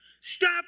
Stop